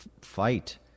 fight